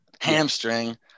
hamstring